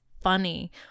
funny